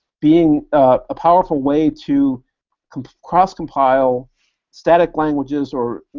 being a powerful way to cross-compile static languages or,